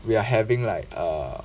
we are having like err